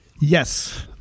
Yes